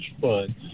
fun